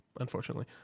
unfortunately